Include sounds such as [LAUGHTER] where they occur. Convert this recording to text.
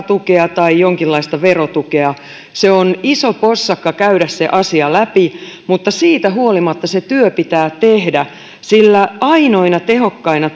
[UNINTELLIGIBLE] tukea tai jonkinlaista verotukea on iso possakka käydä se asia läpi mutta siitä huolimatta se työ pitää tehdä sillä ainoina tehokkaina [UNINTELLIGIBLE]